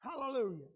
Hallelujah